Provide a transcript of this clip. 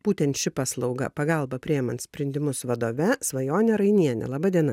būtent ši paslauga pagalba priimant sprendimus vadove svajone rainiene laba diena